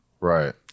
Right